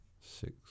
Six